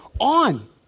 on